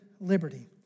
liberty